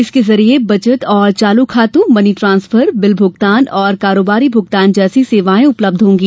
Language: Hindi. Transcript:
इसके जरिये बचत और चालू खातों मनी ट्रांस्फर बिल भुगतान तथा कारोबारी भूगतान जैसी सेवाएं उपलब्ध होंगी